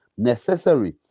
necessary